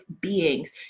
beings